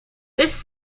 this